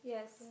Yes